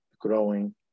growing